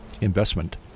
investment